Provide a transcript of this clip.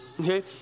okay